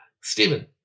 Stephen